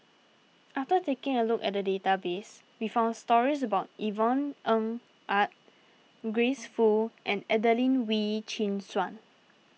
after taking a look at database we found stories about Yvonne Ng Uhde Grace Fu and Adelene Wee Chin Suan